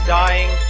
dying